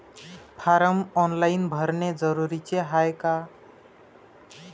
Form online भरने जरुरीचे हाय का?